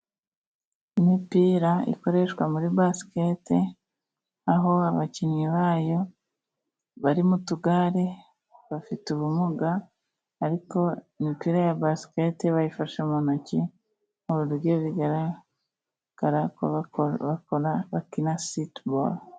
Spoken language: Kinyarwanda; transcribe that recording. Imipira ikoreshwa muri basiketi, aho abakinnyi bayo bari mu tugare bafite ubumuga ariko imipira ya basiketi, bayifashe mu ntoki muburyo bugaragara ko bakina futuboro.